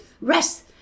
rest